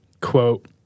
Quote